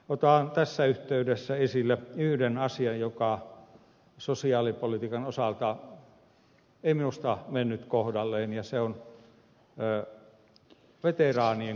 otan tässä yhteydessä esille yhden asian joka sosiaalipolitiikan osalta ei minusta mennyt kohdalleen ja se on veteraanien kuntoutusmäärärahat